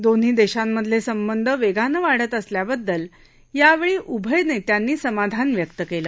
दोन्ही देशांमधले संबंध वेगानं वाढत असल्याबद्दल यावेळी उभय नेत्यांनी समाधान व्यक्त केलं